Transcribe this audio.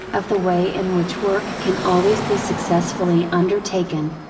of the way in which work can always be successfully undertaken.